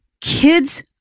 Kids